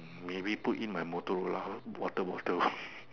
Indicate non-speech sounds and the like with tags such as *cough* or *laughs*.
maybe put in my Motorola water bottle lor *laughs*